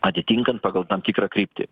atitinkant pagal tam tikrą kryptį